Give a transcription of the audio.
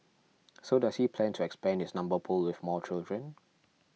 so does he plan to expand his number pool with more children